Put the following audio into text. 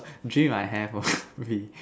dream I have will be